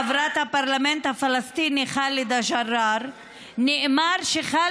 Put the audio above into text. הפרלמנט הפלסטיני חאלדה ג'ראר נאמר שחאלדה ג'ראר,